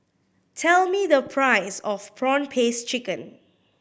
tell me the price of prawn paste chicken